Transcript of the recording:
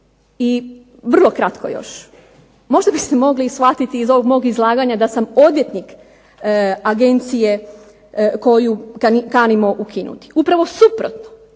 I vrlo kratko još. Možda biste mogli shvatiti iz ovog mog izlaganja da sam odvjetnik agencije koju kanimo ukinuti. Upravo suprotno!